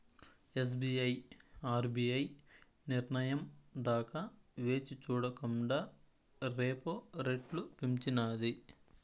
SBI RBI నిర్నయం దాకా వేచిచూడకండా రెపో రెట్లు పెంచినాది